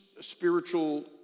spiritual